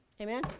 Amen